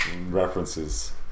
References